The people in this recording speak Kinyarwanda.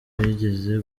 wigeze